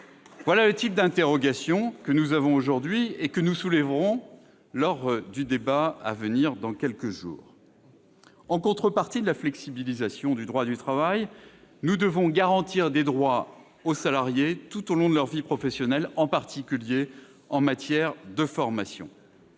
Voilà le type d'interrogations que nous avons aujourd'hui et que nous soulèverons lors du débat à venir, dans quelques jours. En contrepartie de la flexibilisation du droit du travail, nous devons garantir des droits aux salariés tout au long de leur vie professionnelle, en particulier en matière de formation.